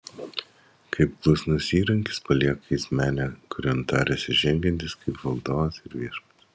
kaip klusnus įrankis palieka jis menę kurion tarėsi žengiantis kaip valdovas ir viešpats